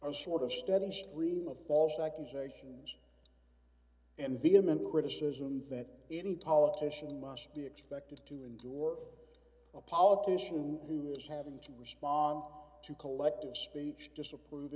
our sort of steady stream of false accusations and vehement criticisms that any politician must be expected to endure d a politician who is having to respond to collective speech disapprov